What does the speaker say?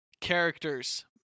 characters